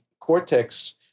cortex